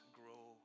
grow